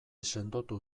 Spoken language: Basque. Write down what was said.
sendotu